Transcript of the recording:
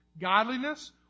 Godliness